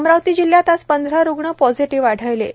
अमरावती जिल्ह्यात आज पंधरा रुग्ण पॉझिटिव्ह मिळाले आहे